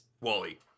Wally